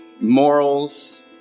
morals